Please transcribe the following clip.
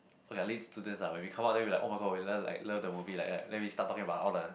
okay ah Lit students ah when we come out then we like [oh]-my-god we love like love the movie like then we start talking about all the